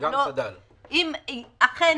אם אכן